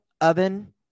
oven